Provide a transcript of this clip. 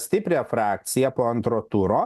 stiprią frakciją po antro turo